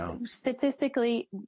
statistically